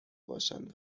باشند